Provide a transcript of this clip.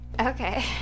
Okay